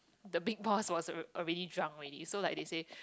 the big boss was already drunk already so like they said